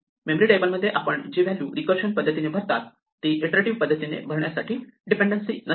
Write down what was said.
memory टेबलमध्ये आपण जी व्हॅल्यू रीकर्षण पद्धतीने भारतात ती ईंटरेटिव्ह पद्धतीने भरण्यासाठी डिपेंडेन्सी नसते